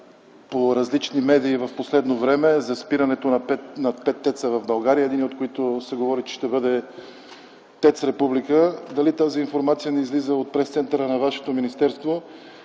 по различни медии в последно време за спирането на пет ТЕЦ-а в България, единият от които се говори, че ще бъде ТЕЦ „Република” – дали тази информация не излиза от Пресцентъра на Вашето министерство